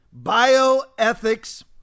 bioethics